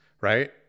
right